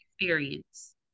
experience